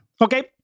Okay